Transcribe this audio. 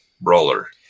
brawler